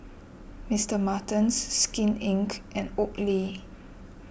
Mister Martens Skin Inc and Oakley